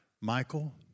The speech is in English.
Michael